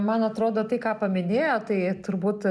man atrodo tai ką paminėjot tai turbūt